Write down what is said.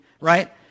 right